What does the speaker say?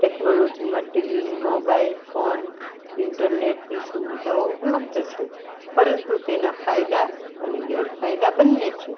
ટેક્નોલોજીમાં TV mobile phone ઇંટરનેટની સુવિધાઓ ઉપલબ્ધ છે પરંતુ તેના ફાયદા અને ગેરફાયદા બંને છે